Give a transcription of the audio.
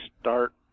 start